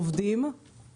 קרקע, הון והון אנושי.